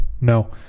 No